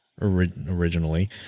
originally